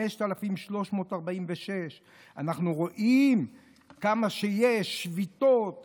5,346. אנחנו רואים כמה שביתות יש.